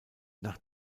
nach